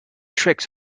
tricks